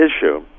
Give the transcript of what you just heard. issue